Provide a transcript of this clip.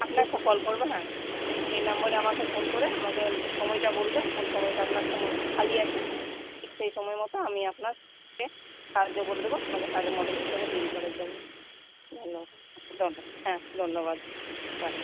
call করব হ্যাঁ এই নাম্বারে আমাকে ফোন করে আমাকে সময়টা বলবেন কোন সময়টা আপনার সময় খালি আছে ঠিক সেই সময় মতো আমি আপনার কে সাহায্য করে দেব আপনাকে সাজার মডেল হিসাবে তৈরি করার জন্য ধন্যবাদ হ্যাঁ ধন্যবাদ রাখ